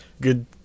good